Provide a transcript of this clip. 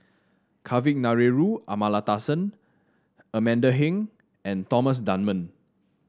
Kavignareru Amallathasan Amanda Heng and Thomas Dunman